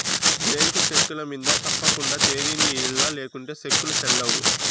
bank చెక్కుల మింద తప్పకండా తేదీని ఎయ్యల్ల లేకుంటే సెక్కులు సెల్లవ్